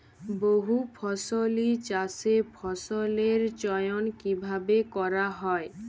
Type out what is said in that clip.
বহুফসলী চাষে ফসলের চয়ন কীভাবে করা হয়?